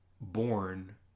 born